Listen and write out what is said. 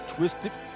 Twisted